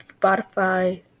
Spotify